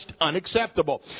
unacceptable